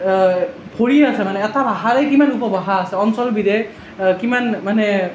ভৰি আছে মানে এটা ভাষাৰেই কিমান উপভাষা আছে অঞ্চলভেদে কিমান মানে